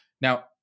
Now